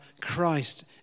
Christ